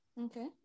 Okay